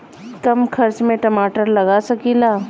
कम खर्च में टमाटर लगा सकीला?